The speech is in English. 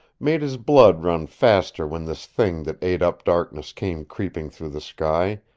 made his blood run faster when this thing that ate up darkness came creeping through the sky,